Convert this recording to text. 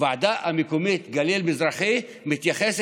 והמקום האחר הוא הפוליטיקה.